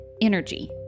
energy